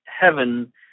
heaven